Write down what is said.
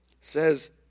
says